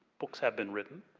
books have been written.